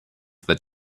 that